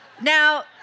Now